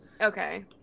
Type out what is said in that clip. Okay